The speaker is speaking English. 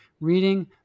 reading